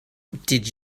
did